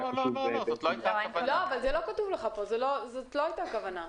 לא, לא זאת הייתה הכוונה.